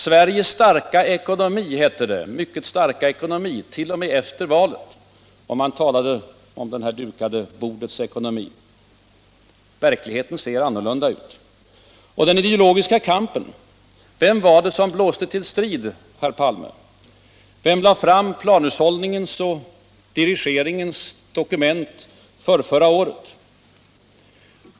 Sveriges ”starka ekonomi” hette det t.o.m. efter valet, och man talade om det dukade bordets ekonomi. Verkligheten ser annorlunda ut. Vem var det som blåste till ideologisk strid, herr Palme? Vem lade fram planhushållningens och dirigeringens dokument förrförra året?